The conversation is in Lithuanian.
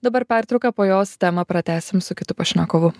dabar pertrauka po jos temą pratęsim su kitu pašnekovu